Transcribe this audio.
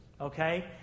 Okay